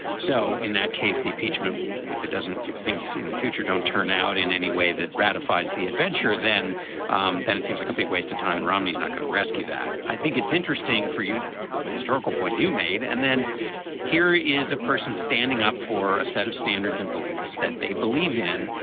so in that case, the impeachment. if it doesn't if things in the future don't turn out in any way that ratifies the adventure, then um then it seems like a big waste of time. and romney's not going to rescue that. i think it's interesting for you the historical point you made and then here is a person standing up for a set of standards and beliefs that they believe in.